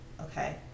Okay